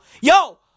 yo